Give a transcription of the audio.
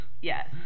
Yes